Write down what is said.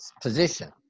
position